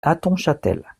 hattonchâtel